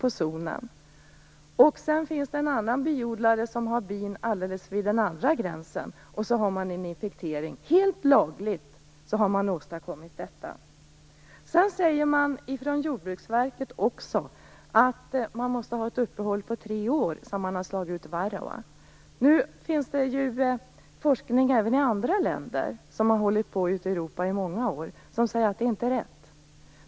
Men alldeles intill zongränsen på den andra sidan kan det finnas en annan biodlare, och då har man helt lagligt åstadkommit en infektering. Jordbruksverket säger att det behövs ett uppehåll under tre år efter det att varroa slagits ut. Men det finns forskare även i andra länder - man har nämligen forskat ute i Europa i många år - och de forskarna säger att det inte är rätt.